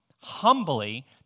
humbly